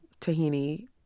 tahini